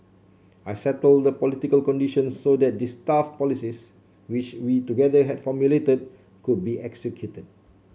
I settled the political conditions so that his tough policies which we together had formulate could be executed